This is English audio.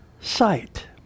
sight